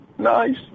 Nice